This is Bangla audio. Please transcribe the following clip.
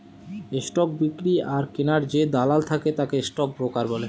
স্টক বিক্রি আর কিনার যে দালাল থাকে তারা স্টক ব্রোকার